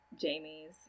Jamie's